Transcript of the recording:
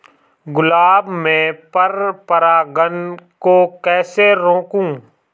गुलाब में पर परागन को कैसे रोकुं?